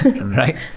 right